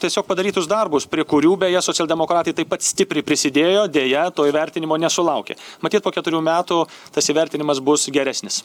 tiesiog padarytus darbus prie kurių beje socialdemokratai taip pat stipriai prisidėjo deja to įvertinimo nesulaukė matyt po keturių metų tas įvertinimas bus geresnis